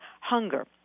hunger